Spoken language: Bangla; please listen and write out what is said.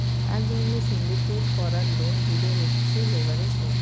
এক ধরণের সিন্ডিকেট করা লোন গুলো হচ্ছে লেভারেজ লোন